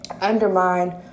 undermine